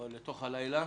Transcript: לתוך הלילה.